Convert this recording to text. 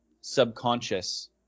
subconscious